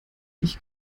ich